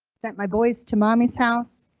sent my boys to mommy's house.